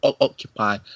occupy